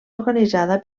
organitzada